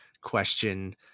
question